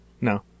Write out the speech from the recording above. No